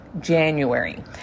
January